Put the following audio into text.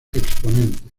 exponentes